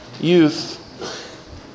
youth